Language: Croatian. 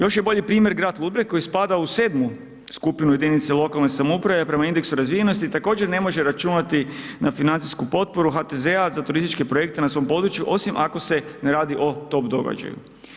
Još je bolji primjer grad Ludbreg koji spada u sedmu skupinu jedinica lokalne samouprave prema indeksu razvijenosti i također ne može računati na financijsku potporu HTZ-a za turističke projekte na svom području, osim ako se ne radi o tom događaju.